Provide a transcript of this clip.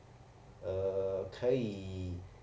uh 可以